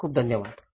खूप खूप धन्यवाद